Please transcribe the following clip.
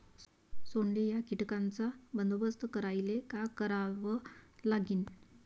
सोंडे या कीटकांचा बंदोबस्त करायले का करावं लागीन?